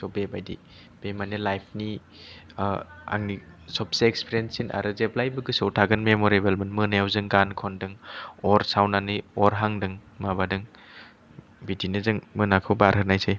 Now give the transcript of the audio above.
स' बेबायदि बे माने लाइफ नि आंनि सबसे एक्सपिरियेनस सिन आरो जेब्लायबो गोसोआव थागोन मेम'रेबोल मोन मोनायाव जों गान खनदों अर सावनानै अर हांदों माबादों बिदिनो जों मोनाखौ बारहोनायसै